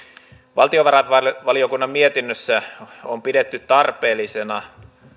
valtiovarainvaliokunnan mietinnössä on pidetty tarpeellisena